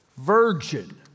virgin